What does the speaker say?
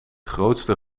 grootste